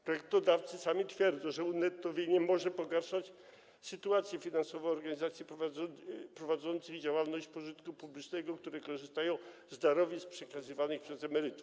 Projektodawcy sami twierdzą, że unettowienie może pogarszać sytuację finansową organizacji prowadzących działalność pożytku publicznego, które korzystają z darowizn przekazywanych przez emerytów.